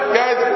guys